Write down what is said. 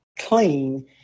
clean